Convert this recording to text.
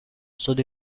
stood